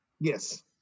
yes